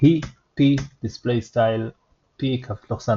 היא p \displaystyle p .